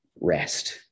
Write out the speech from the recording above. rest